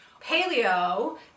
Paleo